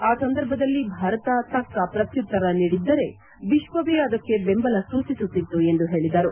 ಆ ಸಂದರ್ಭದಲ್ಲಿ ಭಾರತ ತಕ್ಕ ಪ್ರತ್ಮುತ್ತರ ನೀಡಿದ್ದರೆ ವಿಶ್ವವೇ ಅದಕ್ಕೆ ಬೆಂಬಲ ಸೂಚಿಸುತ್ತಿತ್ತು ಎಂದು ಹೇಳಿದರು